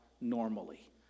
normally